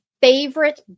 favorite